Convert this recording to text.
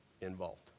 involved